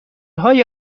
های